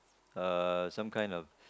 uh some kind of